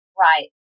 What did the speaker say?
Right